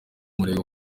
umurego